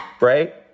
right